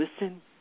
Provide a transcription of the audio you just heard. listen